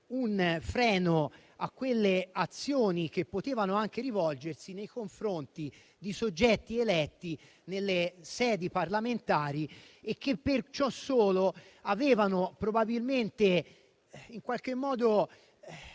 un freno a quelle azioni che potevano anche rivolgersi nei confronti di soggetti eletti nelle sedi parlamentari e che per ciò solo lo avevano probabilmente stimolato